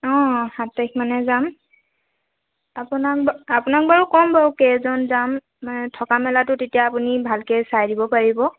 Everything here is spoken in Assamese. অঁ সাত তাৰিখ মানে যাম আপোনাক আপোনাক বাৰু ক'ম বাৰু কেইজন যাম মানে থকা মেলাটো তেতিয়া আপুনি ভালকে চাই দিব পাৰিব